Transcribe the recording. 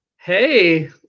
hey